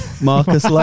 Marcus